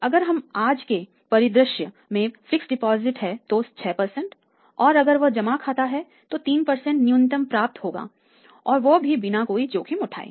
और अगर यह आज के परिदृश्य में फिक्स्ड डिपॉजिट है तो 6 और अगर यह बचत जमा है तो 3 न्यूनतम प्राप्त होगा और वह भी बिना कोई जोखिम उठाए